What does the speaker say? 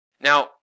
Now